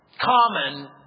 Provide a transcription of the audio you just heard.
Common